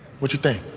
would you think